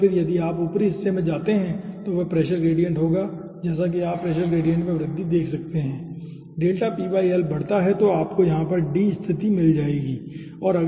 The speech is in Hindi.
और फिर यदि आप ऊपरी हिस्से में जाते हैं वह प्रेशर ग्रेडिएंट होगा जैसा कि आप प्रेशर ग्रेडिएंट में वृद्धि देख सकते हैं डेल्टा p l बढ़ता है तो आपको यहां पर यह d स्थिति मिल जाएगी ठीक है